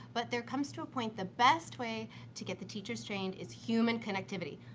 but there comes to a point, the best way to get the teachers trained is human connectivity.